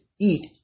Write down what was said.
eat